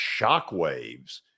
shockwaves